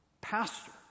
pastor